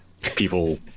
people